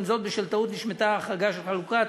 עם זאת, בשל טעות, נשמטה החרגה של חלוקת